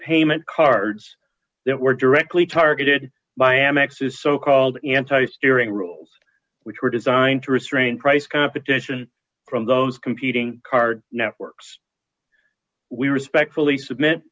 payment cards that were directly targeted by amex is so called anti steering rules which were designed to restrain price competition from those competing card networks we respectfully submit